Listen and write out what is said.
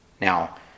Now